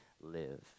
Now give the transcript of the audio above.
live